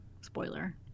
Spoiler